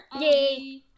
Yay